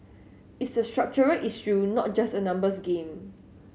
it's a structural issue not just a numbers game